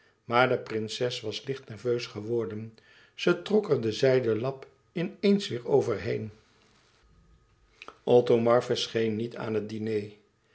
maar de prinses was licht nerveus geworden ze trok er den zijden lap in eens weêr over heen othomar verscheen niet aan het diner